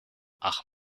ach